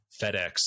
FedEx